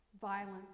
violence